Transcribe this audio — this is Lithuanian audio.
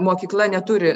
mokykla neturi